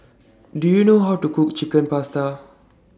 Do YOU know How to Cook Chicken Pasta